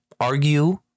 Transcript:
argue